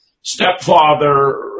stepfather